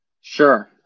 Sure